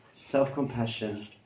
Self-compassion